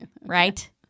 right